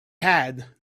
had